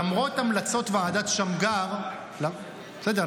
למרות המלצות ועדת שמגר -- בסדר,